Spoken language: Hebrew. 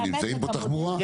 נמצאים פה תחבורה?